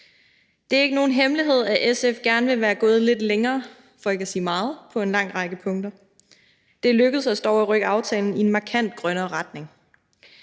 Det er ikke nogen hemmelighed, at SF gerne ville være gået lidt længere – for ikke at sige meget – på en lang række punkter. Det lykkedes os dog at rykke aftalen i en markant grønnere retning.